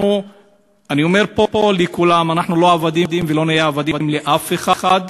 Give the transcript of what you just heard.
ואני אומר פה לכולם: אנחנו לא עבדים ולא נהיה עבדים לאף אחד,